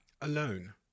Alone